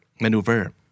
Maneuver